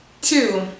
two